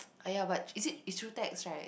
!aiya! but is it it's through tax right